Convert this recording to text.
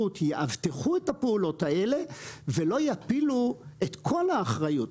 ויאבטחו את הפעולות האלה ולא יפילו את כל האחריות,